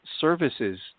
services